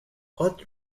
hot